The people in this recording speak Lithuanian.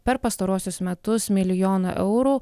per pastaruosius metus milijoną eurų